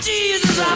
Jesus